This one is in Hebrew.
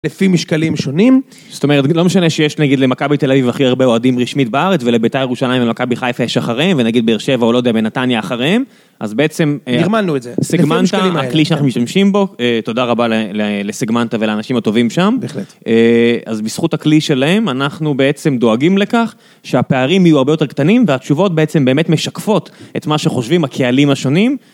לפי משקלים שונים, זאת אומרת לא משנה שיש נגיד למכבי תל אביב הכי הרבה אוהדים רשמית בארץ ולבית״ר ירושלים ולמכבי חיפה יש אחריהם, ונגיד באר שבע או לא יודע, בנתניה אחריהם, אז בעצם סגמנטה הכלי שאנחנו משתמשים בו, תודה רבה לסגמנטה ולאנשים הטובים שם, אז בזכות הכלי שלהם אנחנו בעצם דואגים לכך שהפערים יהיו הרבה יותר קטנים והתשובות בעצם באמת משקפות את מה שחושבים הקהלים השונים